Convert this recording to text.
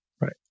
Right